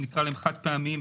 נקרא להם: חד פעמיים,